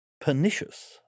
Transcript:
pernicious